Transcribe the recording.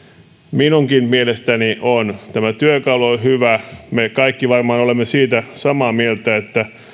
minunkin mielestäni on tämä työkalu on on hyvä me kaikki varmaan olemme siitä samaa mieltä että